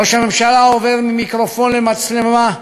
ראש הממשלה עובר ממיקרופון למצלמה,